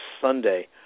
Sunday